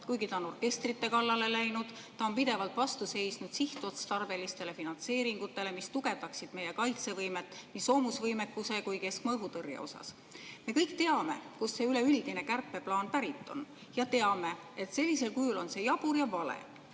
Kuigi ta on orkestrite kallale läinud, ta on pidevalt vastu seisnud sihtotstarbelistele finantseeringutele, mis tugevdaksid meie kaitsevõimet nii soomusvõimekuse kui ka keskmaa õhutõrje osas. Me kõik teame, kust see üleüldine kärpeplaan pärit on, ja teame, et sellisel kujul on see jabur ja vale.